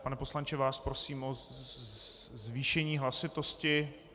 Pane poslanče, vás prosím o zvýšení hlasitosti.